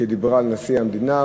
שדיברה על נשיא המדינה,